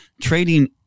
trading